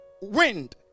wind